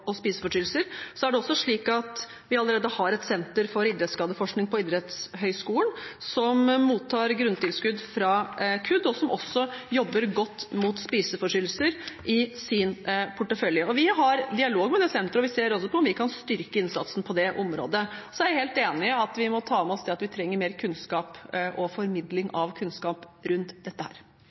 spiseforstyrrelser. Det er også slik at vi allerede har Senter for idrettsskadeforskning på Idrettshøgskolen, som mottar grunntilskudd fra KUD, og som jobber godt mot spiseforstyrrelser i sin portefølje. Vi har dialog med det senteret, og vi ser også på om vi kan styrke innsatsen på det området. Jeg er helt enig i at vi må ta med oss det at vi trenger mer kunnskap og formidling av kunnskap rundt dette her.